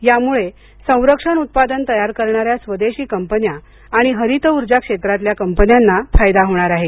यामुळे संरक्षण उत्पादन तयार करणाऱ्या स्वदेशी कंपन्या आणि हरित ऊर्जा क्षेत्रातल्या कंपन्यांना फायदा होणार आहे